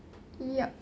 yup